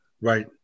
Right